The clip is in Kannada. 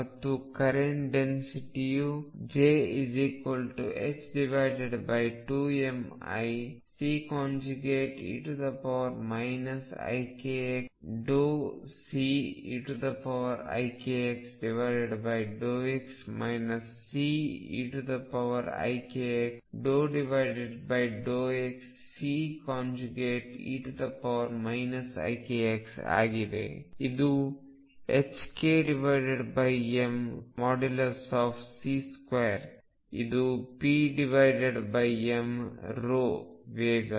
ಮತ್ತು current density ikx∂Ceikx∂x Ceikx∂xCe ikx ಆಗಿದೆ ಇದು ℏkmC2 ಇದು pm ρ ವೇಗ